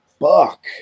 fuck